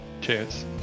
Cheers